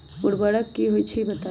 उर्वरक की होई छई बताई?